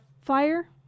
fire